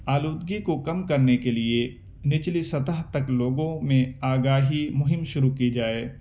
آلودگی کو کم کرنے کے لیے نچلی سطح تک لوگوں میں آگاہی مہم شروع کی جائے